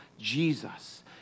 Jesus